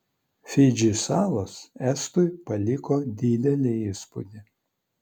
fidži salos estui paliko didelį įspūdį